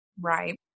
Right